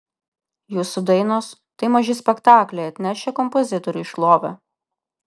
jūsų dainos tai maži spektakliai atnešę kompozitoriui šlovę